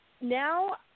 now